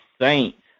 Saints